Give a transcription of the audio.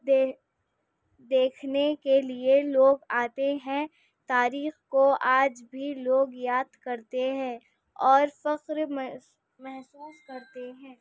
دے دیکھنے کے لیے لوگ آتے ہیں تاریخ کو آج بھی لوگ یاد کرتے ہیں اور فخر محسوس کرتے ہیں